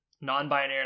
non-binary